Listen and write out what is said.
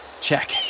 Check